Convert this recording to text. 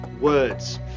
words